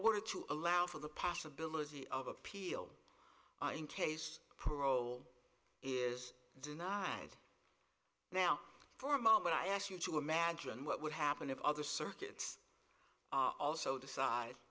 order to allow for the possibility of appeal in case parole is denied now for a moment i ask you to imagine what would happen if other circuits also decide